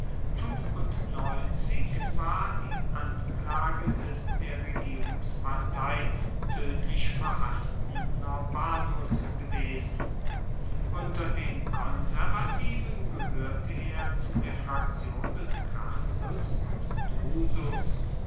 war die anklage des der regierungspartei tödlich verhaßten norbanus gewesen unter den konservativen gehörte er zu der fraktion des crassus und drusus